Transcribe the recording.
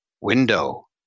window